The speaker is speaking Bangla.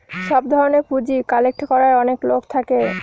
সব ধরনের পুঁজি কালেক্ট করার অনেক লোক থাকে